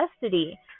custody